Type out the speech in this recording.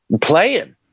playing